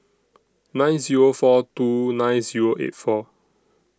nine Zero four two nine Zero eight four